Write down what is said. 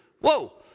Whoa